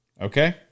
Okay